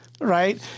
right